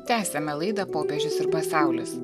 tęsiame laidą popiežius ir pasaulis